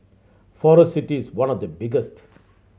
Forest City is one of the biggest